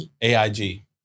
AIG